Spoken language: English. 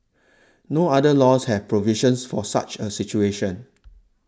no other laws have provisions for such a situation